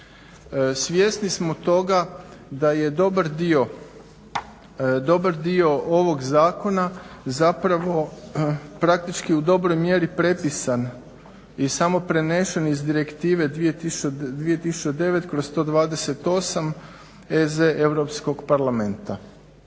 Svjesni smo toga da je dobar dio ovog zakona zapravo praktički u dobroj mjeri prepisan i samo prenesen iz Direktive 2009/128 EZ Europskog parlamenta.